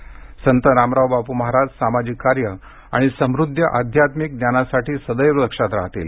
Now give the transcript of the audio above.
संत रामराव बापू महाराज सामाजिक कार्य आणि समृद्ध आध्यत्मिक ज्ञानासाठी सदैव लक्षात राहतील